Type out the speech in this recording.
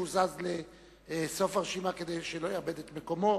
שהוזז לסוף הרשימה כדי שלא יאבד את מקומו.